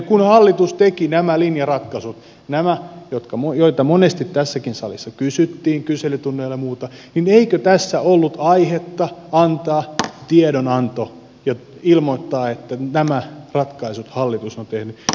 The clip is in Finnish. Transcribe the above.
kun hallitus teki nämä linjaratkaisut nämä joita monesti tässäkin salissa kysyttiin kyselytunneilla ja muuten niin eikö tässä ollut aihetta antaa tiedonanto ja ilmoittaa että nämä ratkaisut hallitus on tehnyt